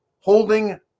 holding